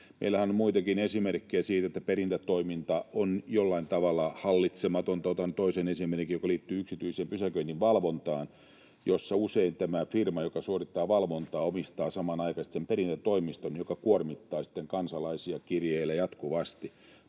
Meillähän on muitakin esimerkkejä siitä, että perintätoiminta on jollain tavalla hallitsematonta. Otan toisen esimerkin, joka liittyy yksityiseen pysäköinninvalvontaan, jossa usein tämä firma, joka suorittaa valvontaa, omistaa samanaikaisesti sen perintätoimiston, joka kuormittaa sitten kansalaisia kirjeillä jatkuvasti.